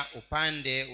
upande